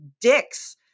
dicks